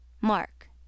mark